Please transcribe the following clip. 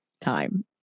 time